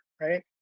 right